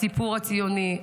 הסיפור הציוני,